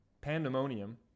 pandemonium